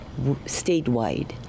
statewide